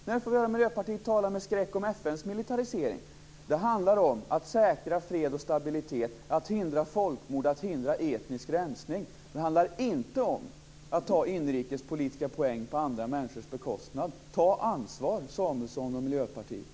När får vi höra Miljöpartiet tala med skräck om FN:s militarisering? Det handlar om att säkra fred och stabilitet, att hindra folkmord och att hindra etnisk rensning. Det handlar inte om att ta inrikespolitiska poäng på andra människors bekostnad. Ta ansvar, Samuelsson och Miljöpartiet!